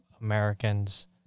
Americans